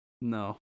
No